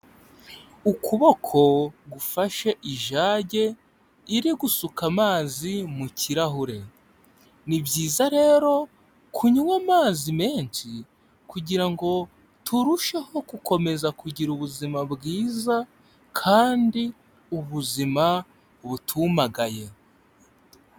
Ukuboko gufashe ijage iri gusuka amazi mu kirahure. Ni byiza rero kunywa amazi menshi kugirango turusheho gukomeza kugira ubuzima bwiza kandi ubuzima butumagaye.